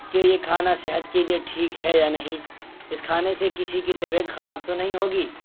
کہ یہ کھانا صحت کے لیے ٹھیک ہے یا نہیں اس کھانے سے کسی کی طبیعت خراب تو نہیں ہوگی